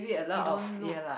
you don't look